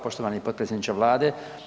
Poštovani potpredsjedniče Vlade.